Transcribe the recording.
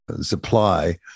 supply